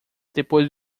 depois